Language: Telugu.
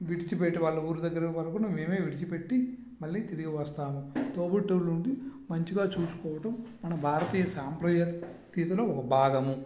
విడిచి పెట్టి వాళ్ళ ఊరి దగ్గర వరుకు మేమే విడిచిపెట్టి మళ్ళీ తిరిగి వస్తాము తోబుట్టువులు ఉండి మంచిగా చూసుకోవడం మన భారతీయుల సంప్రదాయ రీతిలో ఒక భాగము